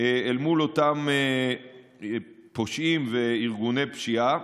אל מול אותם פושעים וארגוני פשיעה.